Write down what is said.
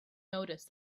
noticed